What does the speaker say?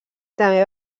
també